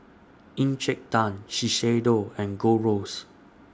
Encik Tan Shiseido and Gold Roast